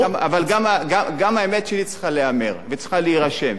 אבל גם האמת שלי צריכה להיאמר וצריכה להירשם.